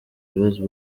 ibibazo